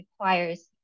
requires